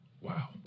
Wow